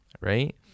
right